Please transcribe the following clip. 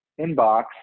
inbox